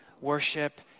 worship